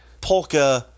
polka